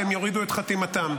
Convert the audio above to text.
שהם יורידו את חתימתם.